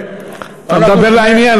אתה מדבר לעניין,